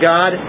God